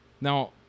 Now